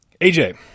AJ